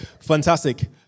fantastic